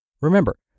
Remember